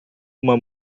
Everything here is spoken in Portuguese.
uma